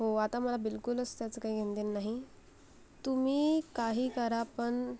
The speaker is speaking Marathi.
हो आता मला बिलकुलच त्याचं काही घेणंदेणं नाही तुम्ही काही करा पण